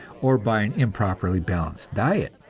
or by an improperly balanced diet.